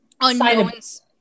unknowns